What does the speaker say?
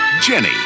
Jenny